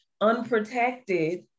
unprotected